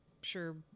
sure